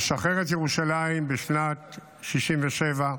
לשחרר את ירושלים בשנת 1967,